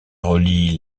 relie